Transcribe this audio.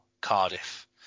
Cardiff